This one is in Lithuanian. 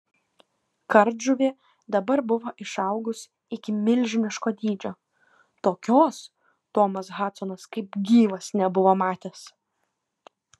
kardžuvė dabar buvo išaugus iki milžiniško dydžio tokios tomas hadsonas kaip gyvas nebuvo matęs